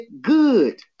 good